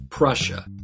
Prussia